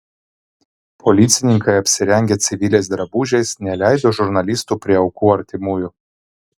policininkai apsirengę civiliais drabužiais neleido žurnalistų prie aukų artimųjų